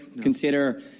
consider